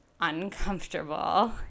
uncomfortable